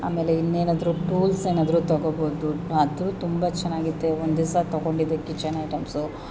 ಆಮೇಲೆ ಇನ್ನೇನಾದರೂ ಟೂಲ್ಸ್ ಏನಾದರೂ ತಗೋಬೋದು ಆದು ತುಂಬ ಚೆನ್ನಾಗಿತ್ತು ಒಂದು ದಿವಸ ತಗೊಂಡಿದ್ದೆ ಕಿಚನ್ ಐಟಮ್ಸು